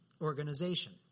organization